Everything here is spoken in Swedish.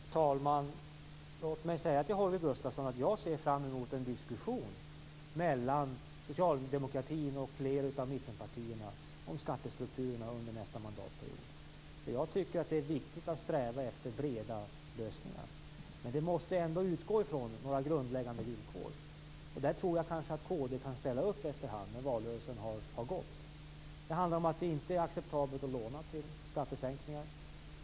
Fru talman! Låt mig säga till Holger Gustafsson att jag ser fram emot en diskussion mellan socialdemokratin och flera av mittenpartierna om skattestrukturerna under nästa mandatperiod. Jag tycker att det är viktigt att sträva efter breda lösningar. Men vi måste ändå utgå från några grundläggande villkor. Jag tror att kd kan ställa upp när valrörelsen har passerat. Det handlar om att det inte är acceptabelt att låna till skattesänkningar.